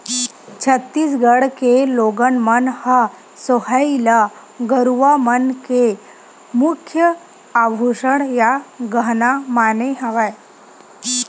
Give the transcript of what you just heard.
छत्तीसगढ़ के लोगन मन ह सोहई ल गरूवा मन के मुख्य आभूसन या गहना माने हवय